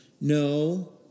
No